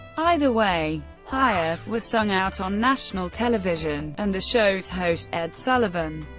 either way, higher was sung out on national television, and the show's host, ed sullivan,